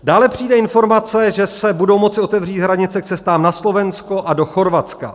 Dále přijde informace, že se budou moci otevřít hranice k cestám na Slovensko a do Chorvatska.